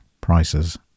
prices